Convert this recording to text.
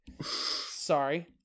Sorry